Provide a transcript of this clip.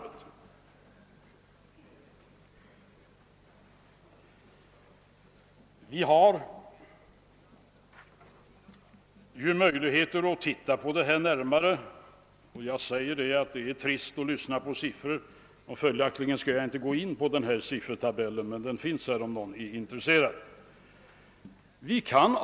Det är tröttsamt att lyssna till sifferuppräkningar och därför skall jag inte läsa upp den tabell som jag har framför mig; den finns här om någon är intresserad av att ta del av den.